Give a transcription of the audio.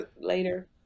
later